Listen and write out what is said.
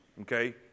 okay